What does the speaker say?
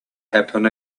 happen